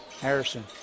Harrison